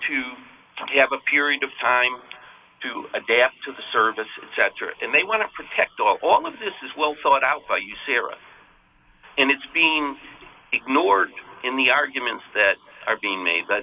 to have a period of time to adapt to the services etc and they want to protect all of this is well thought out by you sarah and it's being ignored in the arguments that are being made b